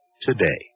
today